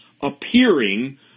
appearing